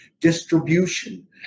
distribution